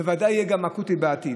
ובוודאי יהיה אקוטי גם בעתיד.